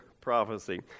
prophecy